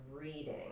reading